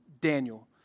Daniel